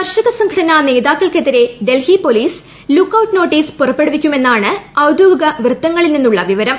കർഷക സംഘടനാ നേതാക്കൾക്കെതിരെ Delhi police look out notice പുറപ്പെടുവിക്കുമെന്നാണ് ഔദ്യോഗിക വൃത്തങ്ങളിൽ നിന്നുള്ള വിവരം